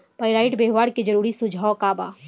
Pyrite व्यवहार के जरूरी सुझाव का वा?